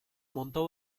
monto